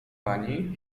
pani